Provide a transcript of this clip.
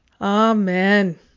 Amen